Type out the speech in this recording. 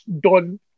done